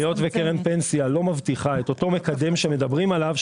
היות וקרן פנסיה לא מבטיחה את אותו מקדם שמדברים עליו,